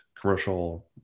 commercial